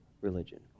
religion